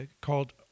called